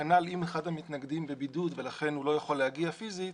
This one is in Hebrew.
כנ"ל אם אחד המתנגדים בבידוד ולכן הוא לא יכול להגיע פיסית,